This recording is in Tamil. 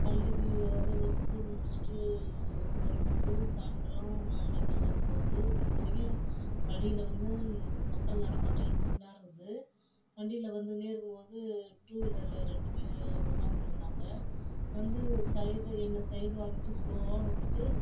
பள்ளிக்கு அதாவது ஸ்கூல் முடிச்சுட்டு வரும்போது சாயந்தரம் நாலரைக்குலாம் வரும்போது இத்தனைக்கும் வழியில் வந்து மக்கள் நடமாட்டம் இருந்துன்னு தான் இருக்குது வண்டியில் வந்து நேரில் வந்து டூவீலரில் ரெண்டு பேர் உக்காந்துன்னு வந்தாங்க வந்து சைடு என்னை சைடு வாங்கிட்டு ஸ்லோவாக வந்துவிட்டு